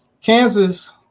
Kansas